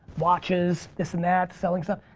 watches, this and that, selling stuff,